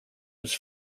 his